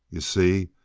you see?